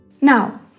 Now